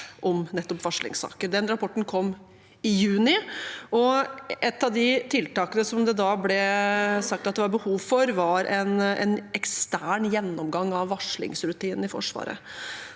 om nettopp varslingssaker. Den rapporten kom i juni, og ett av tiltakene som det da ble sagt at det var behov for, var en ekstern gjennomgang av varslingsrutinene i Forsvaret.